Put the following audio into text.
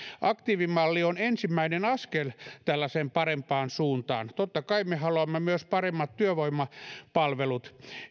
aktiivimalli on ensimmäinen askel tällaiseen parempaan suuntaan totta kai me haluamme myös paremmat työvoimapalvelut